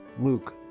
luke